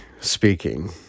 speaking